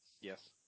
Yes